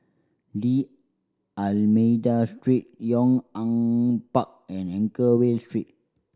D'Almeida Street Yong An Park and Anchorvale Street